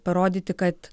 parodyti kad